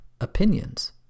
opinions